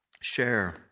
share